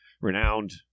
renowned